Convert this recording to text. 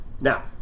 now